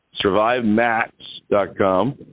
Survivemax.com